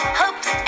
hopes